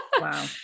Wow